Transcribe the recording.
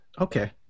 Okay